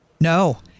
No